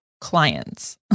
clients